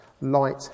light